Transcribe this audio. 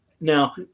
Now